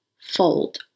fold